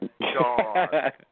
god